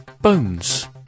Bones